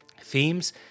Themes